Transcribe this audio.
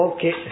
Okay